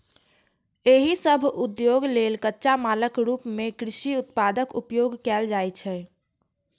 एहि सभ उद्योग लेल कच्चा मालक रूप मे कृषि उत्पादक उपयोग कैल जाइ छै